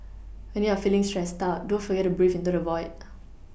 when you are feeling stressed out don't forget to breathe into the void